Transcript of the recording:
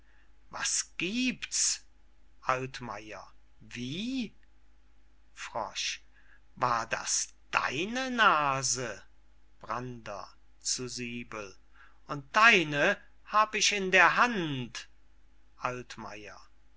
was giebt's altmayer wie war das deine nase brander zu siebel und deine hab ich in der hand